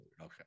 Okay